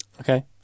Okay